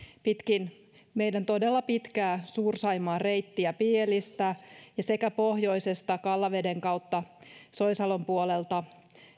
pitkin meidän todella pitkää suur saimaan reittiä pielisestä sekä pohjoisesta kallaveden kautta soisalon puolelta